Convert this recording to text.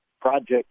project